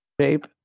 shape